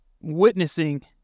witnessing